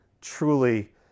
truly